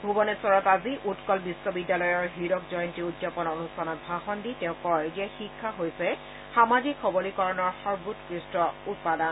ভূৱনেশ্বৰত আজি উৎকল বিশ্ববিদ্যালয়ৰ হীৰক জয়ন্তী উদযাপন অনুষ্ঠানত ভাষণ দি তেওঁ কয় যে শিক্ষা হৈছে সামাজিক সবলীকৰণৰ সৰ্বোৎকৃষ্ট উপাদান